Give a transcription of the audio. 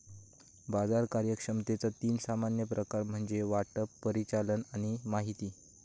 बाजार कार्यक्षमतेचा तीन सामान्य प्रकार म्हणजे वाटप, परिचालन आणि माहिती